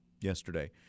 yesterday